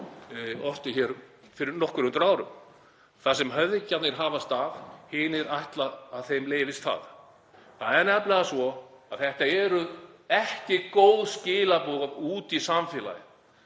Það er nefnilega svo að þetta eru ekki góð skilaboð út í samfélagið